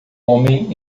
homem